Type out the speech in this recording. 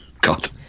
God